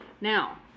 Now